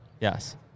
Yes